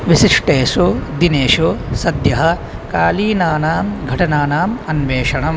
विशिष्टेषु दिनेषु सद्यकालीनान् घटनान् अन्वेष